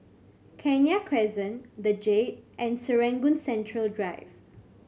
Kenya Crescent The Jade and Serangoon Central Drive